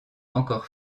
encore